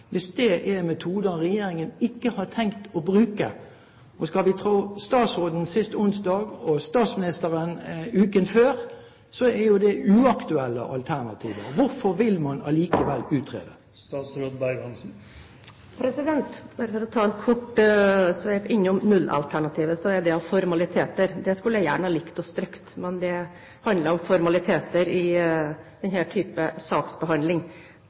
hvis det er metoder regjeringen ikke har tenkt å bruke? Skal vi tro statsråden sist onsdag og statsministeren uken før, er det uaktuelle alternativ. Hvorfor vil man allikevel utrede? Bare for å ta en kort sveip innom nullalternativet, vil jeg si at det er formaliteter. Det skulle jeg gjerne likt å stryke, men det handler om formaliteter i denne type saksbehandling.